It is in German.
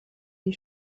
die